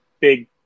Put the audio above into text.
big